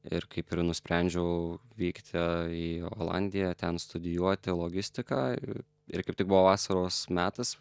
ir kaip ir nusprendžiau vykta į olandiją ten studijuoti logistiką ir kaip tik buvo vasaros metas